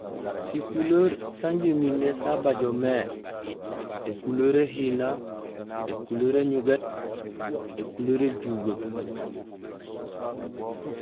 Sikuleer sanjé imimé sabojomé: ékuleer éhina, ékuleer éñugéét, ékuleer éjugeek.